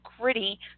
gritty